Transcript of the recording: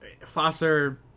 Foster